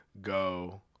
go